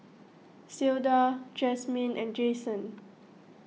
Clyda Jasmine and Jayson